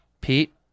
Pete